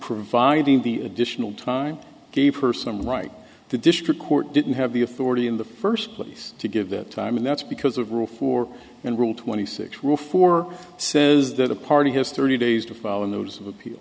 providing the additional time gave her some right the district court didn't have the authority in the first place to give that time and that's because of rule four and rule twenty six rule four says that a party has thirty days to file a notice of appeal